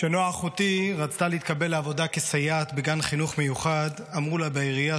כשנועה אחותי רצתה להתקבל כסייעת בגן חינוך מיוחד אמרו לה בעירייה